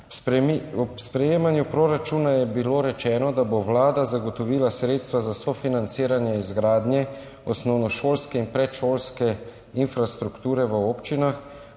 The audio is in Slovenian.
Ob sprejemanju proračuna je bilo rečeno, da bo Vlada zagotovila sredstva za sofinanciranje izgradnje osnovnošolske in predšolske infrastrukture v občinah.